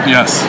Yes